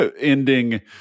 ending